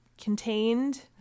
contained